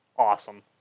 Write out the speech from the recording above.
Awesome